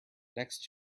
next